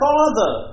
Father